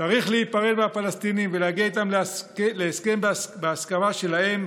צריך להיפרד מהפלסטינים ולהגיע איתם להסכם בהסכמה שלהם,